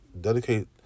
dedicate